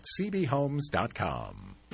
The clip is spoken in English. cbhomes.com